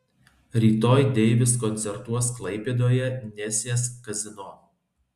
rytoj deivis koncertuos klaipėdoje nesės kazino